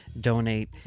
donate